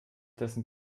dessen